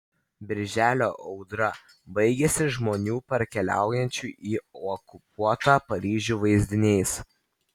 birželio audra baigiasi žmonių parkeliaujančių į okupuotą paryžių vaizdiniais